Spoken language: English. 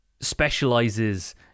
specializes